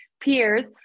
peers